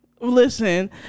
Listen